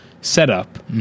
setup